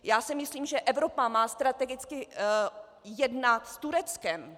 Já si myslím, že Evropa má strategicky jednat s Tureckem.